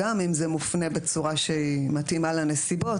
גם אם זה מופנה בצורה שהיא מתאימה לנסיבות,